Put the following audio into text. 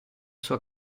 sua